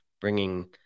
bringing